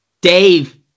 Dave